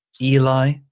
Eli